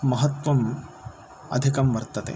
महत्त्वम् अधिकं वर्तते